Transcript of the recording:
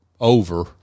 over